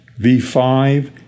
V5